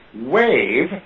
wave